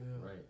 Right